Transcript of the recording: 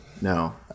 No